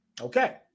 Okay